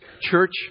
Church